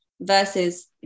versus